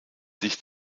sich